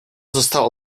zostało